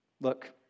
Look